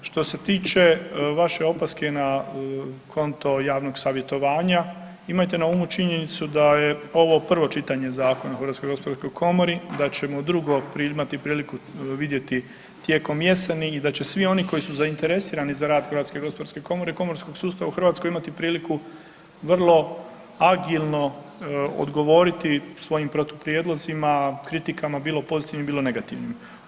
Što se tiče vaše opaske na konto javnog savjetovanja imajte na umu činjenicu da je ovo prvo čitanje Zakona o HGK, da ćemo drugo imati priliku vidjeti tijekom jeseni i da će svi oni koji su zainteresirani za rad HGK, komorskog sustava u Hrvatskoj imati priliku vrlo agilno odgovoriti svojim protuprijedlozima, kritikama bilo pozitivnim, bilo negativnim.